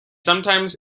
sometimes